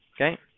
Okay